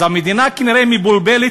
אז המדינה כנראה מבולבלת,